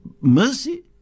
mercy